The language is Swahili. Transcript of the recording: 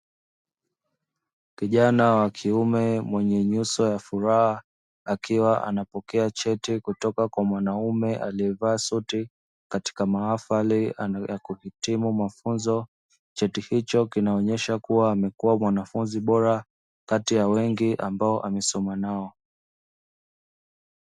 Kijana wa kiume mwenye nyuso ya furaha akiwa anapokea cheti kutoka kwa mwanaume aliyevaa suti katika mahafari ya kuhitimu mafunzo, cheti iko kinaonyesha kuwa amekuwa mwanafunzi bora Kati ya wengi ambao amesoma nao.